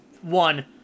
One